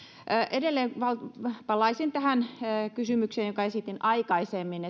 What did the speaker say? edelleen palaisin tähän kysymykseen jonka esitin aikaisemmin